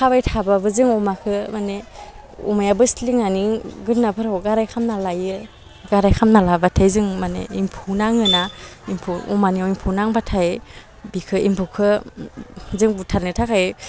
खाबाय थाबाबो जोङो अमाखौ माने अमाया बोस्लिंनानै गोदोनाफोराव गाराय खालामना लायो गाराय खालामना लाबाथाय जों माने एम्फौ नाङोना एम्फौ अमानियाव एम्फौ नांबाथाय बिखौ एम्फौखौ जों बुथारनो थाखाय